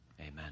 amen